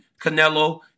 Canelo